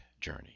journey